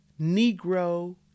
Negro